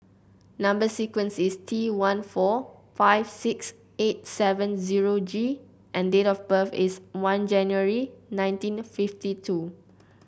number sequence is T one four five six eight seven zero G and date of birth is one January nineteen fifty two